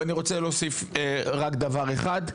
אני רוצה להוסיף רק דבר אחד,